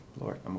Lord